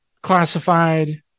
classified